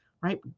right